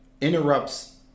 interrupts